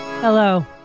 Hello